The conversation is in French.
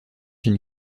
une